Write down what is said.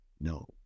No